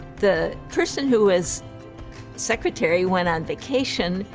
the person who was secretary went on vacation,